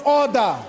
order